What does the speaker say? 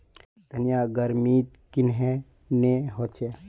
धनिया गर्मित कन्हे ने होचे?